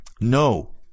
No